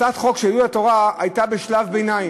הצעת החוק של יהדות התורה הייתה בשלב ביניים,